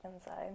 inside